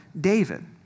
David